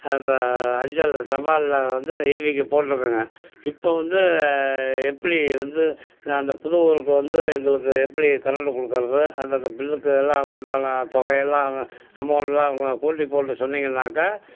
இப்போ அஞ்சலில் தபாலில் வந்து ஈபிக்கு போட்டுருக்கோங்க இப்போ வந்து எப்படி வந்து அந்த புது ஊருக்கு வந்து எங்களுக்கு எப்படி கரண்டு கொடுக்கறது அந்த க பில்லுக்கு எல்லாம் உண்டான தொகையெல்லாம் அமௌண்ட்லாம் கூட்டி போட்டு சொன்னீங்கன்னாக்க